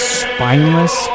spineless